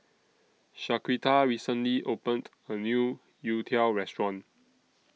Shaquita recently opened A New Youtiao Restaurant